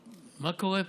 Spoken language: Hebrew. מה קורה פה?